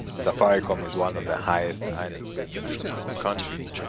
safaricom is one of the highest earning businesses in our country,